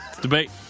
Debate